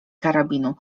karabinu